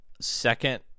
Second